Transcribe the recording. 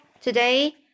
today